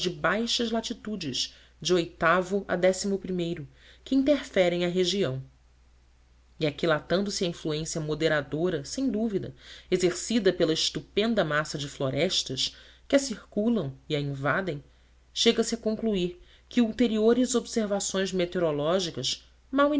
baixas latitudes de o que interferem a região e aquilatando se a influência moderadora sem dúvida exercida pela estupenda massa de florestas que a circulam e a invadem chega-se a concluir que ulteriores observações meteorológicas mal